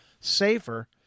safer